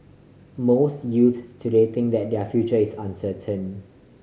most youths today think that their future is uncertain